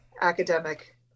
academic